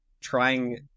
trying